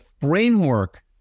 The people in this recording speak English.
framework